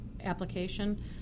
application